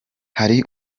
hari